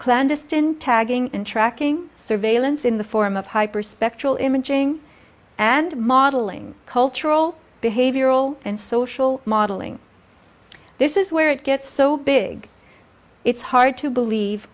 clandestine tagging and tracking surveillance in the form of hyperspectral imaging and modeling cultural behavioral and social modeling this is where it gets so big it's hard to believe